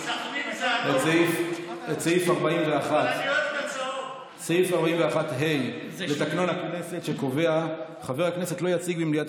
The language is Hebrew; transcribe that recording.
את סעיף 41. סעיף 41(ה) לתקנון הכנסת קובע: חבר הכנסת לא יציג במליאת